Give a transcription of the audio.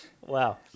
Wow